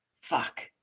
fuck